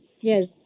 Yes